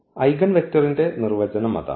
ഐഗൺവെക്റ്ററിന്റെ നിർവചനം അതാണ്